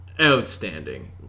outstanding